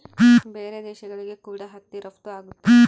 ಬೇರೆ ದೇಶಗಳಿಗೆ ಕೂಡ ಹತ್ತಿ ರಫ್ತು ಆಗುತ್ತೆ